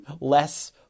Less